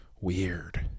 weird